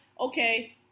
Okay